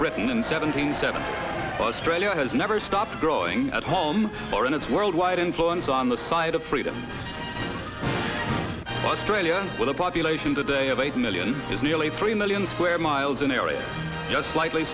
britain in seventy seven australia has never stopped growing at home or in its worldwide influence on the side of freedom australians with a population today of eight million is nearly three million square miles an area just slightly